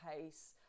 pace